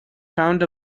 found